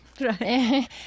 Right